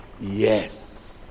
Yes